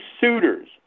suitors